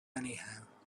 anyhow